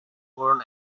born